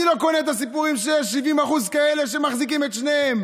אני לא קונה את הסיפורים שיש 70% כאלה שמחזיקים את שניהם,